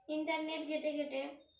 internet ঘেঁটে ঘেঁটে